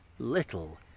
Little